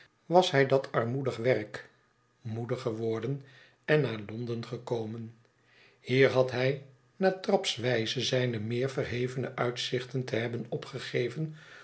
was hij dat armoedige werk moede geworden en naar londen gekomen hier had hij na trapswijze zijne meer verhevene uitzichten te hebben opgegeven